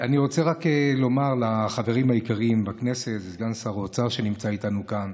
אני רוצה רק לומר לחברים היקרים בכנסת ולסגן שר האוצר שנמצא איתנו כאן: